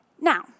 Now